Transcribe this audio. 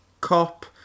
cop